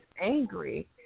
angry